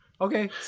Okay